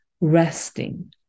resting